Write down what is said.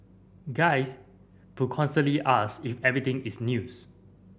guys who constantly ask if everything is news